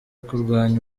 kurwanya